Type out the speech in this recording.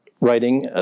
writing